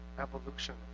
evolution